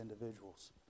individuals